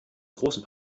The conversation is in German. großen